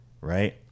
right